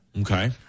Okay